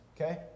okay